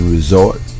Resort